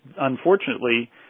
Unfortunately